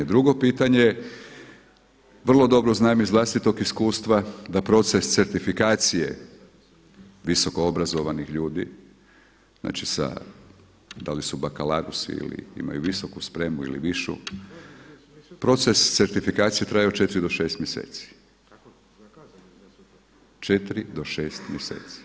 Drugo pitanje je, vrlo dobro znam iz vlastitog iskustva da proces certifikacije visokoobrazovanih ljudi, znači sa da li su baccalaureus ili imaju visoku spremu ili višu proces certifikacije traje od 4 do 6 mjeseci, 4 do 6 mjeseci.